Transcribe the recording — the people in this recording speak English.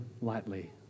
lightly